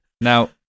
now